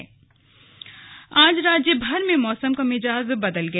मौसम आज राज्यभर में मौसम का मिजाज बदल गया